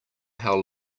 how